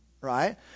right